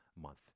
month